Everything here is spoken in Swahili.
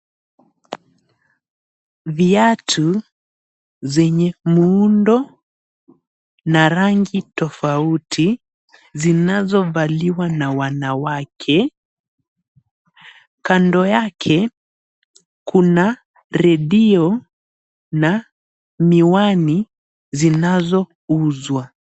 Viatu zenye muundo na rangi tofauti zinazovaliwa na wanawake. Kando yake kuna redio na miwani zinazouzwa.